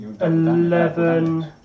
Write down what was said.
Eleven